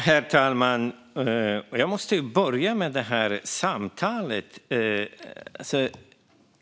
Herr talman! Jag måste börja med det där om samtalet.